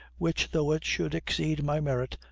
which, though it should exceed my merit,